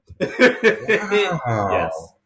Yes